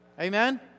Amen